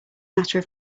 matter